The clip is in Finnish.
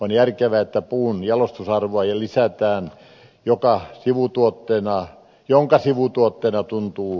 on järkevää että puun jalostusarvoa lisätään minkä sivutuotteena syntyy haketta